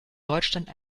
deutschland